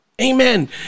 Amen